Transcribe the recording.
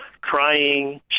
crying